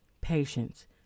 patience